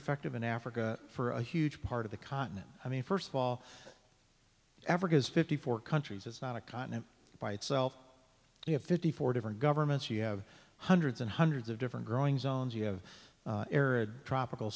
effective in africa for a huge part of the continent i mean first of all africa's fifty four countries it's not a continent by itself you have fifty four different governments you have hundreds and hundreds of different growing zones you have arid tropical